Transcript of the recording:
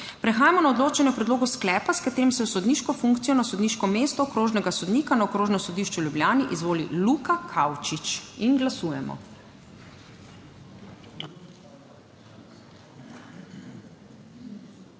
Prehajamo na odločanje o predlogu sklepa, s katerim se v sodniško funkcijo na sodniško mesto okrožnega sodnika na Okrožnem sodišču v Ljubljani izvoli Luka Kavčič. Glasujemo.